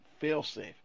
failsafe